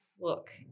look